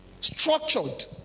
structured